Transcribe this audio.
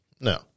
No